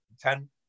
Ten